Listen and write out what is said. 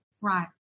Right